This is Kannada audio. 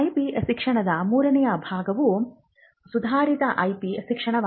IP ಶಿಕ್ಷಣದ ಮೂರನೇ ಭಾಗವು ಸುಧಾರಿತ IP ಶಿಕ್ಷಣವಾಗಿದೆ